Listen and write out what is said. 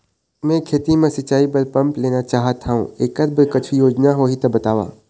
मैं खेती म सिचाई बर पंप लेना चाहत हाव, एकर बर कुछू योजना होही त बताव?